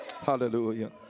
Hallelujah